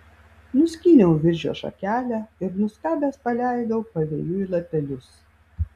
nuskyniau viržio šakelę ir nuskabęs paleidau pavėjui lapelius